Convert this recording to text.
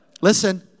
Listen